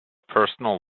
personal